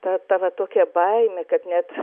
ta ta va tokia baimė kad net